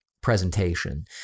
presentation